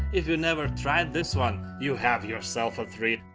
if you never tried this one, you have yourself a treat.